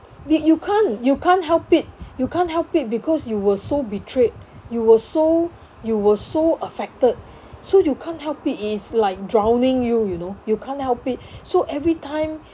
but you can't you can't help it you can't help it because you were so betrayed you were so you were so affected so you can't help it it is like drowning you you know you can't help it so every time